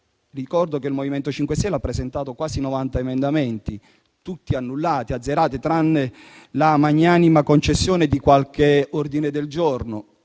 ricordo che il MoVimento 5 Stelle ha presentato quasi 90 emendamenti, tutti annullati o azzerati, tranne per la magnanima concessione di qualche ordine del giorno,